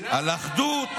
על אחדות.